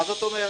מה זאת אומרת?